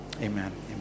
Amen